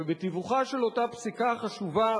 ובתיווכה של אותה פסיקה חשובה